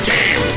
Team